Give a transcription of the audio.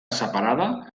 separada